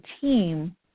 team